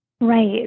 right